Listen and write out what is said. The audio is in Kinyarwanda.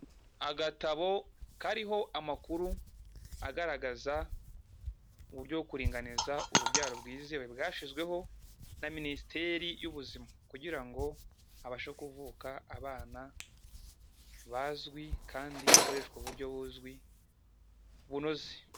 Agatabo kariho amakuru agaragaza uburyo bwo kuringaniza urubyaro bwizewe bwashyizweho, na Minisiteri y'Ubuzima kugira ngo habashe kuvuka abana bazwi kandi hakoreshwa uburyo buzwi bunoze.